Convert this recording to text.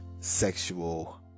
sexual